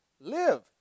live